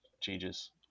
changes